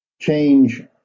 change